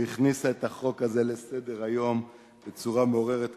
והכניסה את החוק הזה לסדר-היום בצורה מעוררת כבוד,